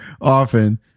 often